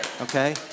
okay